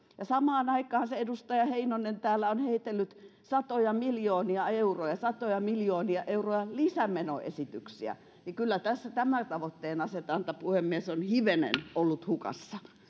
ja samaan aikaan edustaja heinonen täällä on heitellyt satoja miljoonia euroja satoja miljoonia euroja lisämenoesityksiä niin kyllä tässä tavoitteenasetanta puhemies on hivenen ollut hukassa